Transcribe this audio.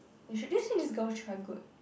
you should did you see this girl